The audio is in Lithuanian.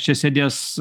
čia sėdės